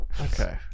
Okay